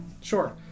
Sure